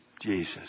Jesus